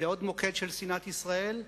לעוד מוקד של שנאת ישראל.